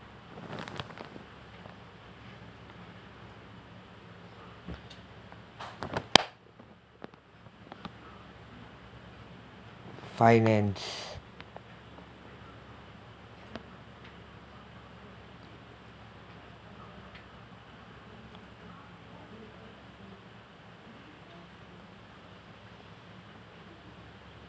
finance